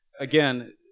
again